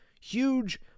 huge